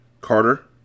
Carter